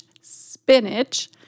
spinach